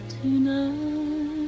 tonight